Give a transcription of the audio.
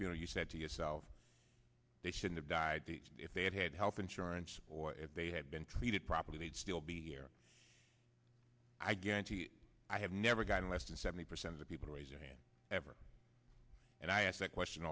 future you said to yourself they should have died if they had had health insurance or if they had been treated properly they'd still be here i guarantee you i have never gotten less than seventy percent of people raise their hand ever and i ask that question